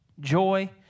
joy